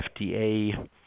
FDA